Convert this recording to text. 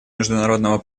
международного